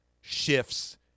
shifts